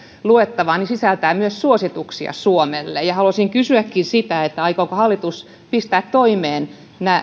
luettavaa sisältää myös suosituksia suomelle ja haluaisinkin kysyä sitä aikooko hallitus pistää toimeen